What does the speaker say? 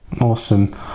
Awesome